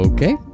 Okay